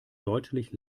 deutlich